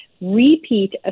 repeat